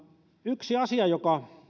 yksi asia